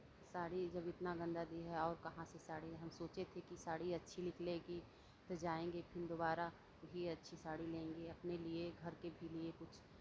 साड़ी जब इतना गंदा दिया है और कहां से साड़ी हम सोचे थे कि साड़ी अच्छी निकलेगी तो जायेंगे फिर दुबारा भी अच्छी साड़ी लेंगे अपने लिये घर के भी लिये कुछ